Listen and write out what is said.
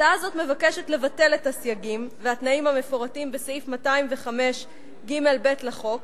הצעה זאת מבקשת לבטל את הסייגים והתנאים המפורטים בסעיף 205ג(ב) לחוק,